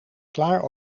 klaar